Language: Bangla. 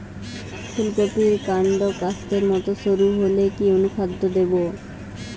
ফুলকপির কান্ড কাস্তের মত সরু হলে কি অনুখাদ্য দেবো?